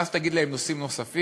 ואז תגיד להם נושאים נוספים,